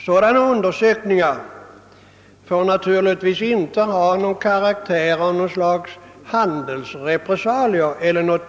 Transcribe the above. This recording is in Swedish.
Sådana undersökningar får naturligtvis inte ha karaktären av handelsrepressalier e.d.